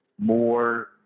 more